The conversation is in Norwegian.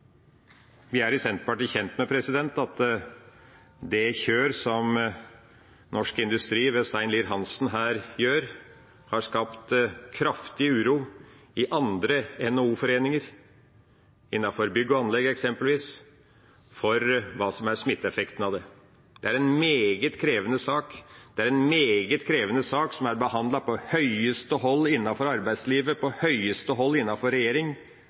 Vi er i Senterpartiet kjent med at det kjøret som Norsk Industri ved Stein Lier-Hansen her driver, har skapt kraftig uro i andre NHO-foreninger, innenfor eksempelvis bygg og anlegg, for hva som er smitteeffekten av det. Dette er en meget krevende sak, som er behandlet på høyeste hold innenfor arbeidslivet, på høyeste